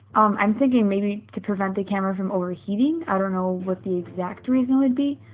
i'm thinking maybe to prevent the camera from overheating? i don't know what the exact reason would be.